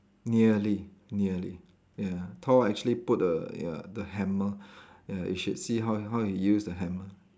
nearly nearly ya Thor actually put a ya the hammer ya you should see how how he use the hammer